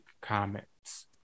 comments